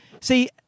see